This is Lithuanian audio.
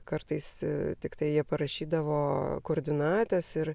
kartais tiktai jie parašydavo koordinates ir